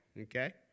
Okay